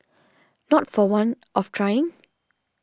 not for want of trying